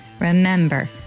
remember